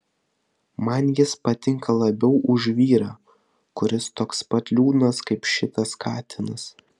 man jis patinka labiau už vyrą kuris toks pat liūdnas kaip šitas katinas